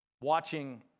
Watching